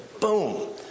boom